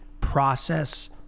process